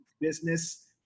business